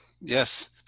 yes